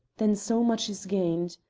then so much is gained.